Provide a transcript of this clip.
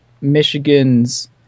Michigan's